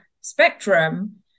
spectrum